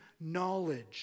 knowledge